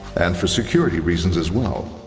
and for security reasons as well.